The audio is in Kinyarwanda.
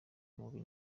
mubi